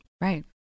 Right